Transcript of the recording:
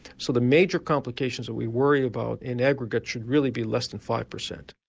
so the major complications that we worry about in aggregate should really be less than five percent.